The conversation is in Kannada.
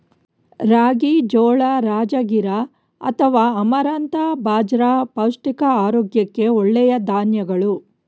ರಾಗಿ, ಜೋಳ, ರಾಜಗಿರಾ ಅಥವಾ ಅಮರಂಥ ಬಾಜ್ರ ಪೌಷ್ಟಿಕ ಆರೋಗ್ಯಕ್ಕೆ ಒಳ್ಳೆಯ ಧಾನ್ಯಗಳು